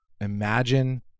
imagine